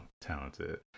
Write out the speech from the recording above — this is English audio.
talented